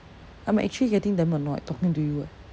I'm actually getting damn annoyed talking to you eh